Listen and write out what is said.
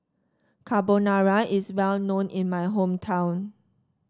carbonara is well known in my hometown